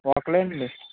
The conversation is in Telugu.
ఒక్కలే అండి